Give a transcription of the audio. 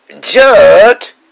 judge